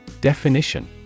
Definition